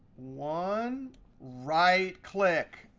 one right click,